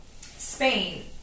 Spain